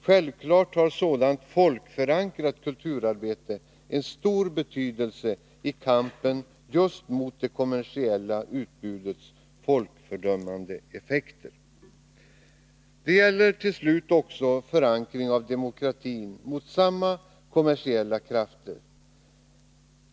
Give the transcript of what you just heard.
Självfallet har sådant folkförankrat kulturarbete en stor betydelse i kampen just mot det kommersiella utbudets folkfördummande effekter. Det gäller också förankringen av demokratin mot samma kommersiella krafter.